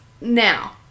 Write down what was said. Now